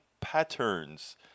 patterns